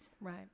Right